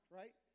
right